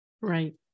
Right